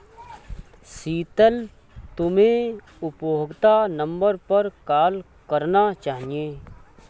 शीतल, तुम्हे उपभोक्ता नंबर पर कॉल करना चाहिए